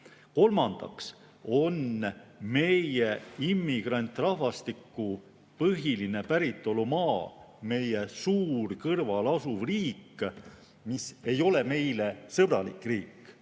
Kolmandaks on meie immigrantrahvastiku põhiline päritolumaa meie kõrval asuv suur riik, mis ei ole meile sõbralik riik